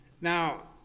Now